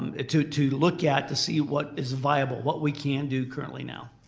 ah to to look at to see what is viable. what we can do currently now.